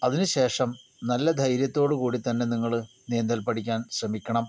അതിനുശേഷം നല്ല ധൈര്യത്തോടുകൂടി തന്നെ നിങ്ങള് നീന്തൽ പഠിക്കാൻ ശ്രമിക്കണം